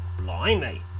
Blimey